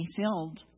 filled